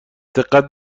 دقت